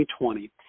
2020